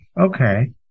Okay